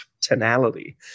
tonality